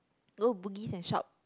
go bugis and shop